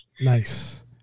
Nice